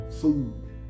Food